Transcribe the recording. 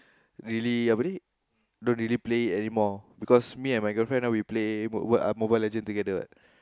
really apa ni don't really play anymore because me and my girlfriend ah we play Mobile-Legend together what